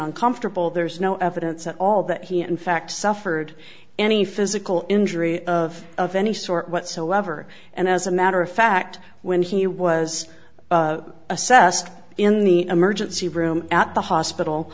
uncomfortable there's no evidence at all that he in fact suffered any physical injury of of any sort whatsoever and as a matter of fact when he was assessed in the emergency room at the hospital